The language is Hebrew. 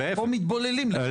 פה מתבוללים.